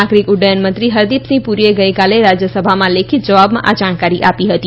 નાગરિક ઉડ્ડનય મંત્રી હરદીપસિંહ પુરીએ ગઈકાલે રાજ્યસભામાં લેખિત જવાબમાં આ જાણકારી આપી હતી